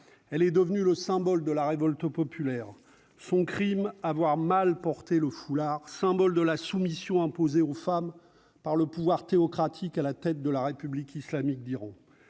elle est devenue le symbole de la révolte populaire son Crime : avoir mal porté le foulard symbole de la soumission imposée aux femmes par le pouvoir théocratique à la tête de la République islamique d'Iran